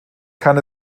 kann